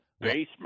basement